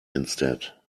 instead